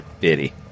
bitty